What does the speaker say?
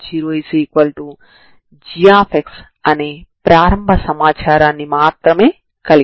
ఇప్పుడు మీరు నామమాత్రపు చరరాశులు x0 మరియు t0 లను మార్చవచ్చు